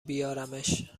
بیارمش